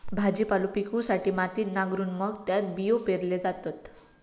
भाजीपालो पिकवूसाठी मातीत नांगरून मग त्यात बियो पेरल्यो जातत